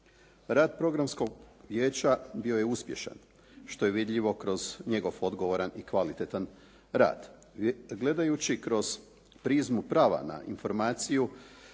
Rad Programskog vijeća bio je uspješan što je vidljivo kroz njegov odgovoran i kvalitetan rad. Gledajući kroz prizmu prava na informaciju,